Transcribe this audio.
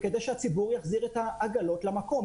כדי שהציבור יחזיר את העגלות למקום.